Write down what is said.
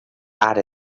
ara